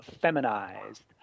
feminized